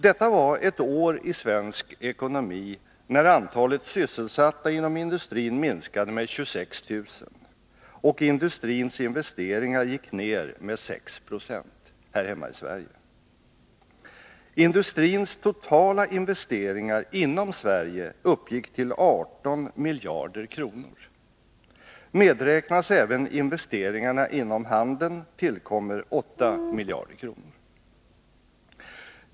Detta var ett år i svensk ekonomi när antalet sysselsatta inom industrin minskade med 26 000 och industrins investeringar gick ned med 6 90 här hemma i Sverige. Industrins totala investeringar — inom Sverige — uppgick till 18 miljarder kronor. Medräknas även investeringarna inom handeln tillkommer 8 miljarder kronor.